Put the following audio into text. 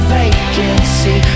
vacancy